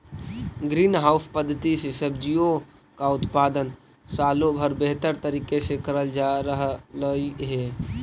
green house पद्धति से सब्जियों का उत्पादन सालों भर बेहतर तरीके से करल जा रहलई हे